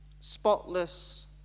spotless